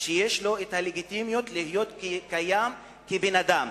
שיש לו הלגיטימיות להיות קיים כבן-אדם.